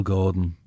Gordon